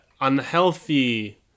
unhealthy